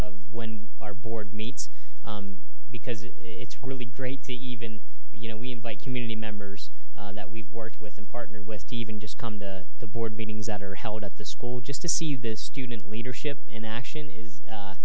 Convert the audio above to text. when our board meets because it's really great to even you know we invite community members that we've worked with and partner with to even just come to the board meetings that are held at the school just to see the student leadership in action is